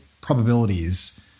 probabilities